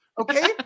okay